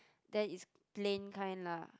then it's plain kind lah